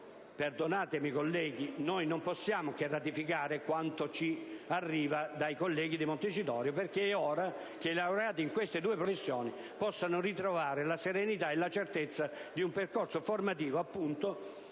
perdonatemi, colleghi - che ratificare quanto ci arriva dai colleghi di Montecitorio, perché è ora che i laureati in queste due professioni possano ritrovare la serenità e la certezza di un percorso formativo, prima,